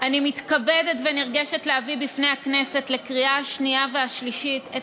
אני מתכבדת ונרגשת להביא בפני הכנסת לקריאה השנייה והשלישית את